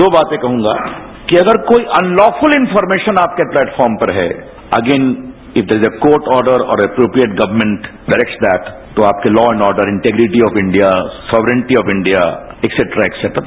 दो बातें कहंगा कि अगर कोई अनलॉफूली इनफोरमेशन आपके प्लेटफॉर्म पर है again it is a court order or appropriate government directs that तो आपके law and order integrity of India sovereignty of India etcetera etcetera